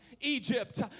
Egypt